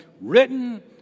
written